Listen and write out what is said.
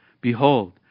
Behold